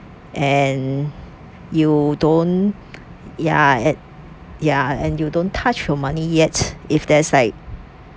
and you don't ya and ya and you don't touch your money yet if there's like